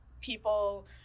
people